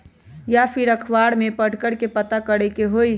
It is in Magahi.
या फिर अखबार में पढ़कर के पता करे के होई?